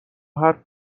حرف